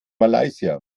malaysia